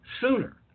sooner